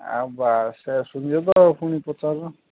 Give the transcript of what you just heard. ଆଉ ବାସ୍ ସେଇଆ ଶୁଣିଛ ତ ଆଉ ପୁଣି ପଚାରୁଛ